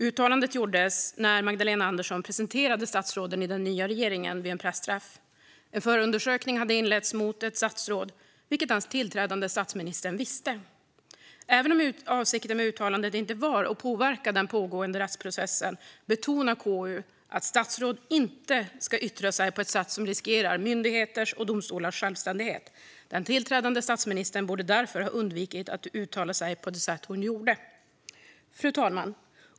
Uttalandet gjordes när Magdalena Andersson presenterade statsråden i den nya regeringen vid en pressträff. En förundersökning hade inletts mot ett statsråd, vilket den tillträdande statsministern visste. Även om avsikten med uttalandet inte var att påverka den pågående rättsprocessen betonar KU att statsråd inte ska yttra sig på ett sätt som riskerar myndigheters eller domstolars självständighet. Den tillträdande statsministern borde därför ha undvikit att uttala sig på det sätt som hon gjorde. Fru talman!